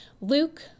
Luke